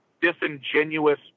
disingenuous